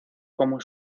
como